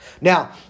Now